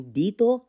dito